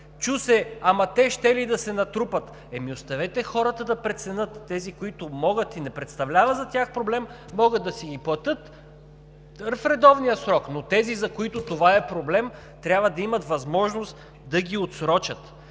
Чу се: „Ама те щели да се натрупат.“ Оставете хората да преценят – тези, които могат и за тях не представлява проблем, могат да си ги платят в редовния срок, но тези, за които това е проблем, трябва да имат възможност да ги отсрочат.